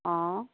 অঁ